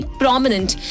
prominent